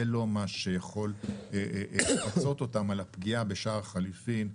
זה לא מה שיכול לפצות אותם על הפגיעה בשער החליפין.